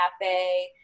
cafe